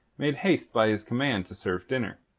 made haste by his command to serve dinner.